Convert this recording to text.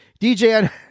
dj